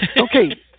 Okay